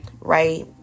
right